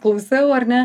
klausiau ar ne